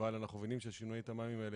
אבל אנחנו מבינים ששינויי התמ"מים האלה